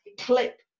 clip